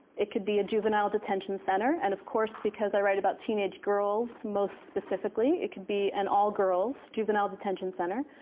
it could be a juvenile detention center. and of course, because i write about teenage girls. most specifically, it could be an all girls juvenile detention center.